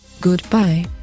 Goodbye